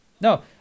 no